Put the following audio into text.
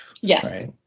Yes